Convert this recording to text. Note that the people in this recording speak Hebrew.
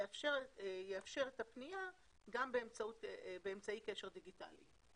יאפשר את הפנייה גם באמצי קשר דיגיטלי".